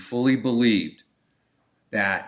fully believed that